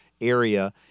area